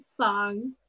song